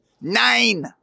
nine